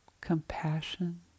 compassion